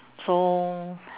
so